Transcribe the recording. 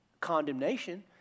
condemnation